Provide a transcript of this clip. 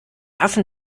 affen